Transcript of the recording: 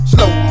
Slow